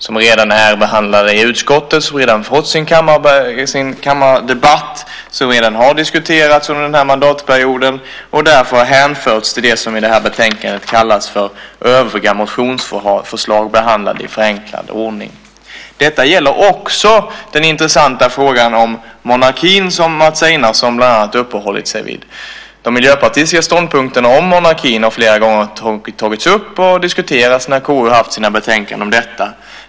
De är redan behandlade i utskottet, har redan fått sin kammardebatt, har redan diskuterats under den här mandatperioden och har därför hänförts till det som i det här betänkandet kallas för övriga motionsförslag behandlade i förenklad ordning. Detta gäller också den intressanta frågan om monarkin som Mats Einarsson bland annat uppehållit sig vid. De miljöpartistiska ståndpunkterna om monarkin har flera gånger tagits upp och diskuterats när KU har haft sina betänkanden om frågan.